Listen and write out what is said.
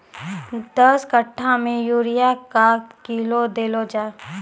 दस कट्ठा मे यूरिया क्या किलो देलो जाय?